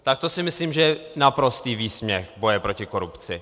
Tak to si myslím, že je naprostý výsměch boje proti korupci.